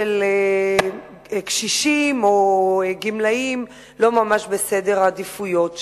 של קשישים או גמלאים לא ממש בסדר העדיפויות שלו.